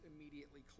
immediately